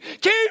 Keep